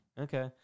Okay